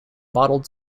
bottled